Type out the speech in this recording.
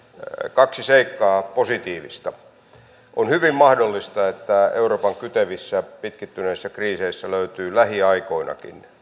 kaksi positiivista seikkaa on hyvin mahdollista että euroopan kytevissä pitkittyneissä kriiseissä löytyy lähiaikoinakin